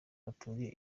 baturiye